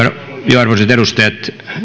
arvoisat edustajat toivon että